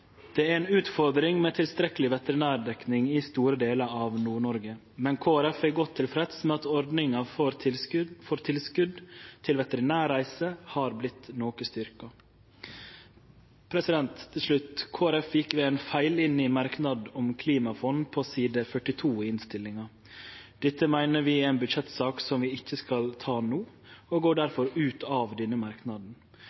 Det er ei utfordring med tilstrekkeleg veterinærdekning i store delar av Nord-Noreg, men Kristeleg Folkeparti er godt tilfreds med at ordninga for tilskot til veterinære reiser har blitt styrkt noko. Til slutt: Kristeleg Folkeparti gjekk ved ein feil inn i merknaden om klimafond i innstillinga. Dette meiner vi er ei budsjettsak som vi ikkje skal ta no, og går